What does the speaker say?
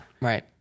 right